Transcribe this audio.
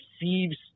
receives